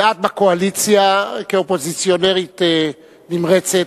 ואת בקואליציה כאופוזיציונרית נמרצת,